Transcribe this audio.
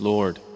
Lord